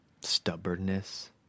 stubbornness